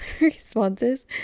responses